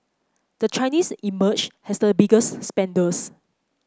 the Chinese emerge as the biggest spenders